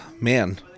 man